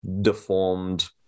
deformed